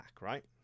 right